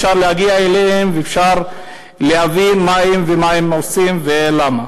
אפשר להגיע אליהם ואפשר להבין מה הם ומה הם עושים ולמה.